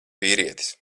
vīrietis